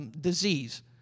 disease